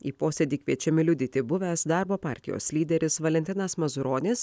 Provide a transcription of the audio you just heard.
į posėdį kviečiami liudyti buvęs darbo partijos lyderis valentinas mazuronis